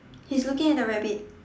he's looking at the rabbit